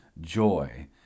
joy